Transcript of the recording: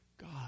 God